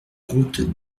route